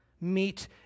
meet